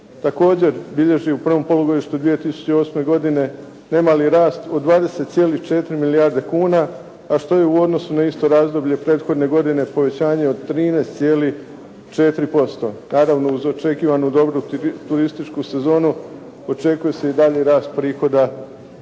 također bilježi u prvom polugodištu 2008. godine nemali rast od 20,4 milijarde kuna a što je u odnosu na isto razdoblje prethodne godine povećanje od 13,4% naravno uz očekivanu dobru turističku sezonu očekuje se i daljnji rast prihoda